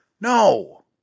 no